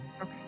Okay